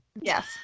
Yes